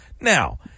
Now